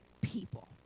people